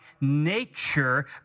nature